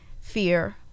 fear